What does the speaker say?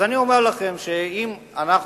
אני אומר לכם שאם אנחנו,